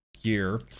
year